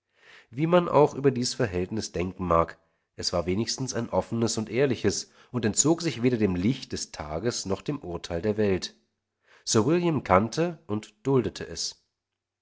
wie man auch über dies verhältnis denken mag es war wenigstens ein offenes und ehrliches und entzog sich weder dem licht des tages noch dem urteil der welt sir william kannte und duldete es